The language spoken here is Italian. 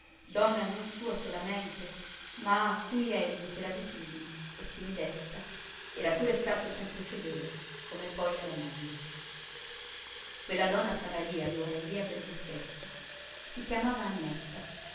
donna non sua solamente ma a cui egli per abitudine per timidezza era pure stato sempre fedele come poi alla moglie quella donna stava lì allora in via del boschetto si chiamava annetta